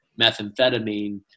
methamphetamine